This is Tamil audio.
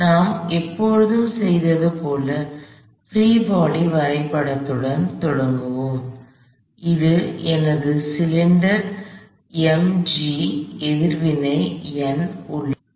எனவே நாம் எப்போதும் செய்தது போல் பிரீ பாடி வரைபடத்துடன் தொடங்குவோம் இது எனது சிலிண்டர் சிலிண்டர் mg எதிர்வினை N உள்ளது